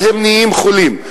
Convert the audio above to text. אז האנשים נהיים חולים.